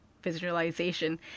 visualization